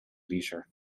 leisure